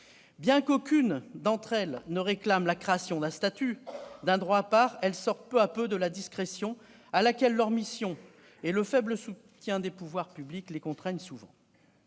Bien qu'aucune d'entre elles ne réclame la création d'un statut, d'un droit à part, elles sortent peu à peu de la discrétion à laquelle leur mission et le faible soutien des pouvoirs publics les contraignent souvent.